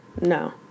no